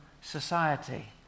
society